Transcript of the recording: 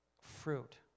fruit